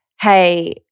hey